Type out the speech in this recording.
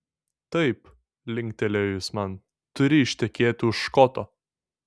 taip linktelėjo jis man turi ištekėti už škoto